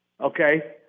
okay